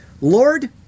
Lord